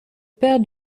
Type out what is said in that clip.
père